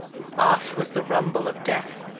off was the rumble of death.